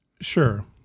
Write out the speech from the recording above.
Sure